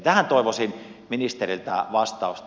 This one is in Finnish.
tähän toivoisin ministeriltä vastausta